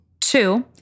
Two